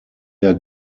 der